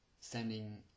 sending